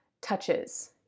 touches